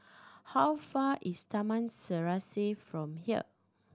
how far is Taman Serasi from here